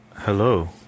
Hello